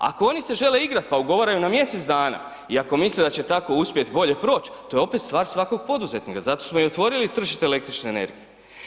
Ako oni se žele igrat, pa ugovaraju na mjesec dana i ako misle da će tako uspjet bolje proć, to je opet stvar svakog poduzetnika, zato smo i otvorili tržište električne energije.